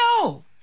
No